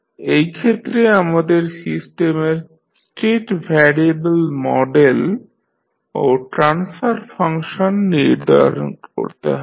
এই ক্ষেত্রে আমাদের সিস্টেমের স্টেট ভ্যারিয়েবল মডেল ও ট্রান্সফার ফাংশন নির্ধারণ করতে হবে